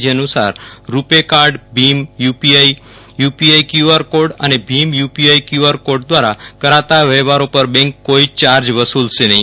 જે અનુસાર રૂપે કાર્ડ ભીમ યુપીઆઇ યુપીઆઇ કયુઆર કોડ અને ભીમ યુપીઆઇ કયુઆર કોડ ધ્વારા કરાતા વ્યવહારો પર બેંક કોઇ યાર્જ વસુલશે નહી